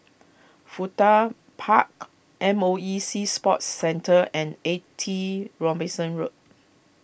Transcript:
Fuda Park M O E Sea Sports Centre and eighty Robinson Road